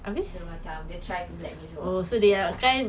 so macam dia try to bail out or something lah